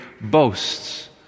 boasts